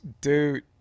Dude